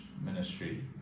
ministry